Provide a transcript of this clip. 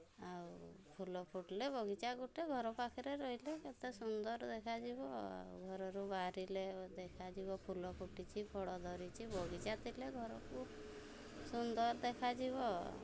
ଆଉ ଫୁଲ ଫୁଟିଲେ ବଗିଚା ଗୋଟେ ଘର ପାଖରେ ରହିଲେ କେତେ ସୁନ୍ଦର ଦେଖାଯିବ ଆଉ ଘରରୁ ବାହାରିଲେ ଦେଖାଯିବ ଫୁଲ ଫୁଟିଛି ଫଳ ଧରିଛି ବଗିଚା ଥିଲେ ଘରକୁ ସୁନ୍ଦର ଦେଖାଯିବ ଆଉ